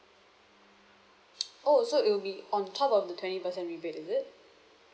oh so it will be on top of the twenty percent rebate is it